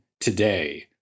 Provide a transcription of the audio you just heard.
today